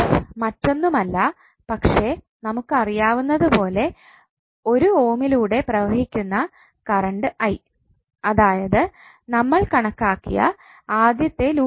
മറ്റൊന്നുമല്ല പക്ഷേ നമുക്ക് അറിയാവുന്നതുപോലെ 1 ഓമിലൂടെ പ്രവഹിക്കുന്ന കറണ്ട് i അതായത് നമ്മൾ കണക്കാക്കിയ ആദ്യത്തെലൂപ്പിലേത്